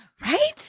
Right